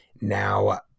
Now